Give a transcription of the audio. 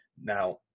Now